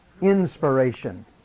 inspiration